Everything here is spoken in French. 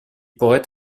pourrait